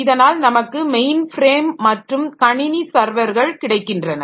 இதனால் நமக்கு mainframe மற்றும் கணினி சர்வர்கள் கிடைக்கின்றன